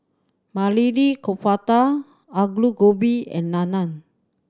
Maili Kofta Alu Gobi and Naan